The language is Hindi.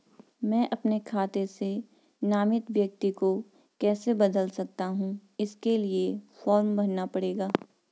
मैं अपने खाते से नामित व्यक्ति को कैसे बदल सकता हूँ इसके लिए फॉर्म भरना पड़ेगा?